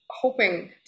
hoping